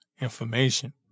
information